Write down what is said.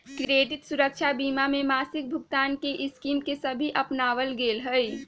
credit सुरक्षवा बीमा में मासिक भुगतान के स्कीम के भी अपनावल गैले है